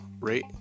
rate